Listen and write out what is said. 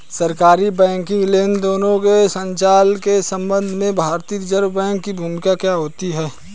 सरकारी बैंकिंग लेनदेनों के संचालन के संबंध में भारतीय रिज़र्व बैंक की भूमिका क्या होती है?